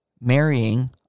marrying